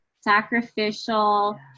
Sacrificial